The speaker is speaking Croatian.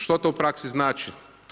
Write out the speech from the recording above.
Što to u praksi znači?